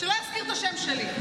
שלא יזכיר את השם שלי,